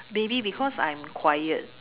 maybe because I'm quiet